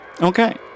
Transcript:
Okay